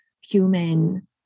human